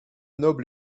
noble